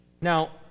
Now